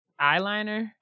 eyeliner